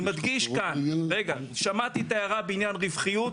אני מדגיש כאן, שמעתי את ההערה בעניין רווחיות.